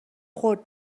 خورد